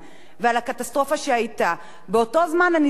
באותו זמן אני זוכרת שההסתדרות אמרה: היא תייצג